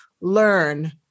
learn